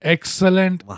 Excellent